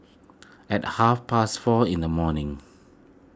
at half past four in the morning